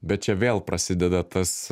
bet čia vėl prasideda tas